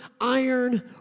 iron